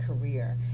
career